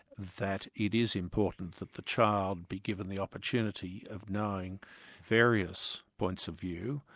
that it is important that the child be given the opportunity of knowing various points of view,